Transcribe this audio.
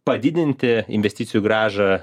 padidinti investicijų grąža